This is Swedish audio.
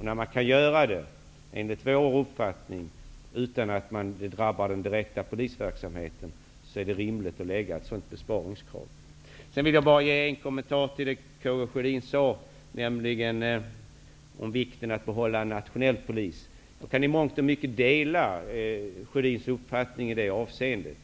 När detta kan göras utan att den direkta polisverksamheten drabbas är det rimligt att man för fram ett sådant besparingskrav. Jag vill bara ge en kommentar till det som Karl Gustaf Sjödin sade om vikten av att behålla en nationell polis. Jag kan i mångt och mycket dela Karl Gustaf Sjödins uppfattning i det avseendet.